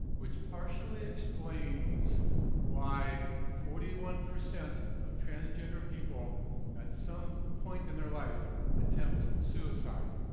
which partially explains why forty one percent of transgender people at some point in their life attempt suicide.